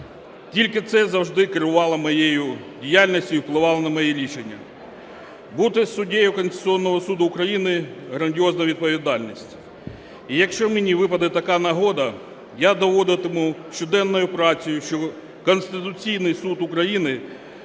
Тільки це завжди керувало моєю діяльністю і впливало на мої рішення. Бути суддею Конституційного Суду України – грандіозна відповідальність, і якщо мені випаде така нагода, я доводитиму щоденною працею, що Конституційний Суд України